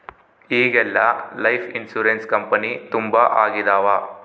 ಈಗೆಲ್ಲಾ life insurance company ತುಂಬಾ ಆಗಿದವ